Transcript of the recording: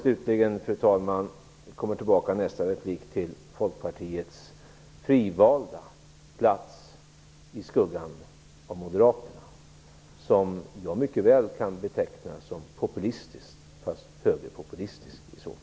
Slutligen skall jag i nästa replik återkomma till Folkpartiets frivilligt valda plats i skuggan av Moderaterna, som jag mycket väl kan beteckna som populistiskt, fast i så fall högerpopulistiskt.